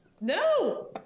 No